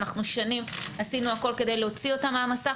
אנחנו שנים עשינו הכול כדי להוציא אותם מהמסך,